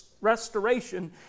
restoration